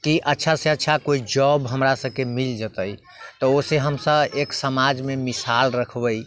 की अच्छासँ अच्छा कोइ जॉब हमरा सबके मिल जेतै तऽ ओइसँ हमसब एक समाजमे मिसाल रखबै